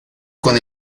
con